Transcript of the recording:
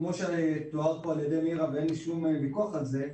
כמו שתואר פה על ידי מירה ואין לי שום ויכוח על זה,